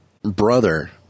brother